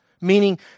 meaning